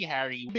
Harry